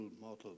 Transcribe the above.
model